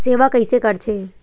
सेवा कइसे करथे?